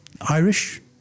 Irish